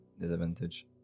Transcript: disadvantage